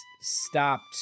stopped